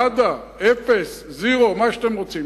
נאדה, אפס, זירו, מה שאתם רוצים.